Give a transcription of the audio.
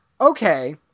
Okay